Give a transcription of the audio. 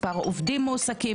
מספר עובדים מועסקים,